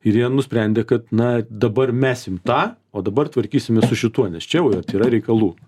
ir jie nusprendė kad na dabar mesim tą o dabar tvarkysimės su šituo nes čia jau vat yra reikalų